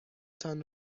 تان